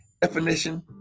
definition